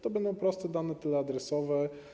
To będą proste dane teleadresowe.